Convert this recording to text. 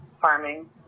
farming